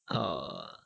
oh